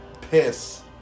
piss